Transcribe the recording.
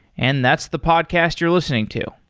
and that's the podcast you're listening to.